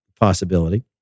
possibility